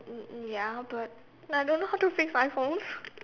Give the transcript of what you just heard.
mm mm ya but I don't know how to fix iPhone